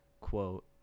quote